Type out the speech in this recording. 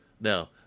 Now